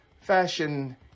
fashion